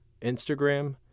Instagram